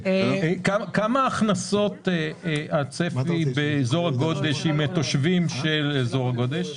מה הצפי להיקף ההכנסות באזור הגודש מתושבים של אזור הגודש?